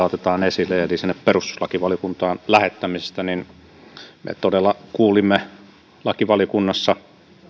otetaan esille eli sinne perustuslakivaliokuntaan lähettämisestä me todella kuulimme lakivaliokunnassa